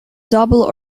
double